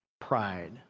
pride